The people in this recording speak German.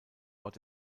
ort